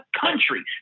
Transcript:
country